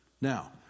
Now